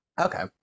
okay